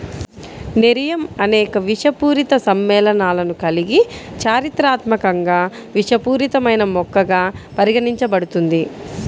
nerium అనేక విషపూరిత సమ్మేళనాలను కలిగి చారిత్రాత్మకంగా విషపూరితమైన మొక్కగా పరిగణించబడుతుంది